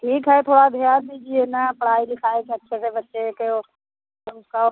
ठीक है थोड़ा ध्यान दीजिए ना पढ़ाई लिखाई अच्छे से बच्चे को धमकाओ